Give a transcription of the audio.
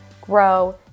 grow